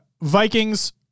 Vikings